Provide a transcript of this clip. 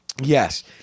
Yes